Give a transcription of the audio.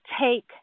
take